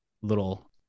little